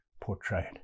portrayed